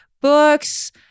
books